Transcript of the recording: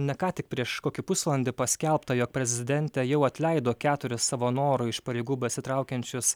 ne ką tik prieš kokį pusvalandį paskelbta jog prezidentė jau atleido keturis savo noru iš pareigų besitraukiančius